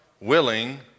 willing